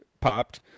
popped